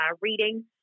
reading